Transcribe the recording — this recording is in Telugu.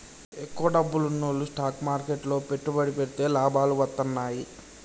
ఎక్కువ డబ్బున్నోల్లు స్టాక్ మార్కెట్లు లో పెట్టుబడి పెడితే లాభాలు వత్తన్నయ్యి